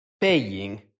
paying